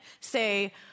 say